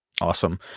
Awesome